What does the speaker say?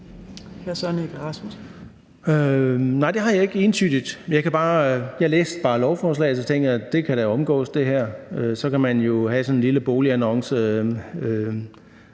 Nej, det har jeg ikke entydigt. Jeg læste bare lovforslaget, og så tænkte jeg, at det her da kan omgås. Så kan man jo have sådan en lille boligannonce